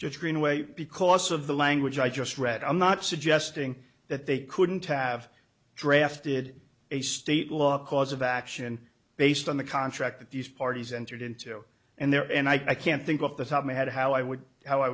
just greenway because of the language i just read i'm not suggesting that they couldn't have drafted a state law cause of action based on the contract that these parties entered into and there and i can't think of the time i had how i would how i